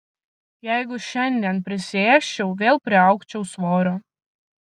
jeigu šiandien prisiėsčiau vėl priaugčiau svorio